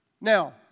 Now